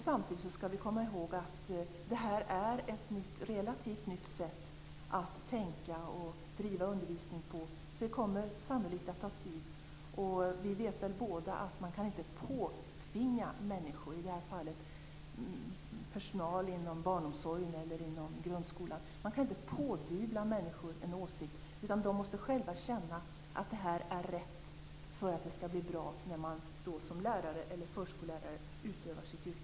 Samtidigt skall vi komma ihåg att det här är ett relativt nytt sätt att tänka och att driva undervisning på, så det kommer sannolikt att ta tid. Vi vet väl båda att man inte kan pådyvla människor, i det här fallet personal inom barnomsorg eller grundskola, en åsikt. De måste själva känna att det är rätt för att det skall bli bra när man som lärare eller förskollärare utövar sitt yrke.